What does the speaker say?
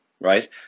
right